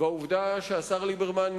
והעובדה שהשר ליברמן,